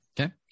Okay